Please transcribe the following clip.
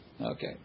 Okay